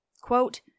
Quote